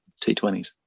T20s